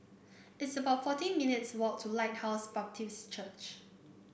it's about fourteen minutes' walk to Lighthouse Baptist Church